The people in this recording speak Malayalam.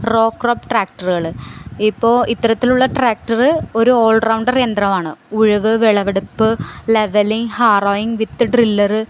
റോ ക്രോപ്പ് ട്രാക്ടറുകള് ഇപ്പോള് ഇത്തരത്തിലുള്ള ട്രാക്ടര് ഒരു ഓൾറൗണ്ടർ യന്ത്രമാണ് ഉഴുവ് വിളവെടുപ്പ് ലെവലിങ്ങ് ഹാറോയിങ്ങ് വിത്ത് ഡ്രില്ലര്